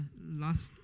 last